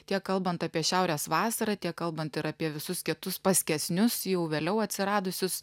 tiek kalbant apie šiaurės vasarą tiek kalbant ir apie visus kitus paskesnius jau vėliau atsiradusius